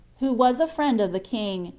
who was a friend of the king,